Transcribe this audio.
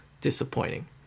disappointing